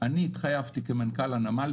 אני התחייבתי כמנכ"ל הנמל,